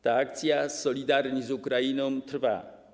Ta akcja ˝Solidarni z Ukrainą˝ trwa.